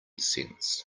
cents